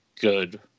good